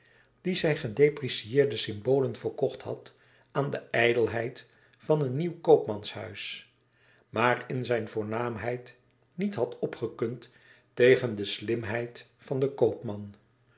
die zijn gedeprecieerde symbolen verkocht had aan de ijdelheid van een nieuw koopmanshuis maar in zijn voornaamheid niet had opgekund tegen de slimheid van den koopman